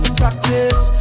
practice